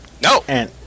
No